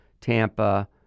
Tampa